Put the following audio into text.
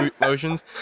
motions